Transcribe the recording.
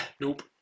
Nope